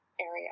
area